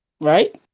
right